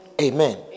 Amen